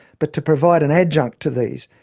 but to provide an adjunct to these,